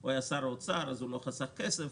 והוא היה שר האוצר אז הוא לא חסך כסף,